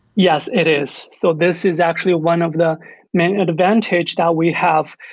yes, it is. so this is actually one of the main and advantage that we have.